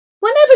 Whenever